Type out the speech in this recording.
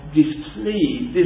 displeased